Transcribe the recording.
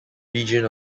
region